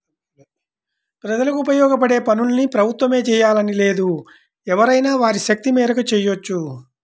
ప్రజలకు ఉపయోగపడే పనుల్ని ప్రభుత్వమే జెయ్యాలని లేదు ఎవరైనా వారి శక్తి మేరకు చెయ్యొచ్చు